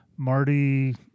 Marty